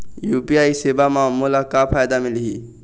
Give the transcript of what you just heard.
UPI सेवा म मोला का फायदा मिलही?